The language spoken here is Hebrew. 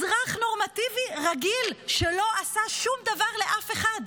אזרח נורמטיבי רגיל שלא עשה שום דבר לאף אחד.